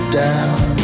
down